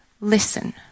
listen